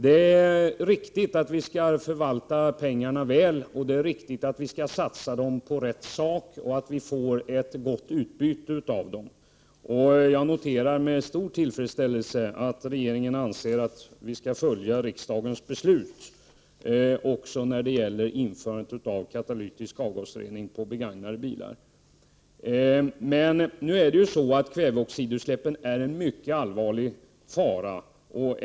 Det är riktigt att vi skall förvalta pengarna väl, och det är riktigt att vi skall satsa dem på rätt saker, så att vi får gott utbyte av dem. Jag noterar med stor tillfredsställelse att regeringen anser att riksdagens beslut skall följas också när det gäller införandet av katalytisk avgasrening på begagnade bilar. Kväveoxidutsläppen är dock en mycket allvarlig fara.